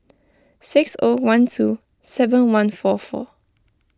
six O one two seven one four four